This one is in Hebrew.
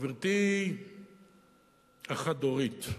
גברתי החד-הורית,